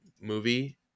movie